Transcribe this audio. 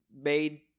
made